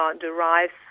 derives